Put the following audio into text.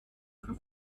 für